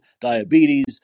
diabetes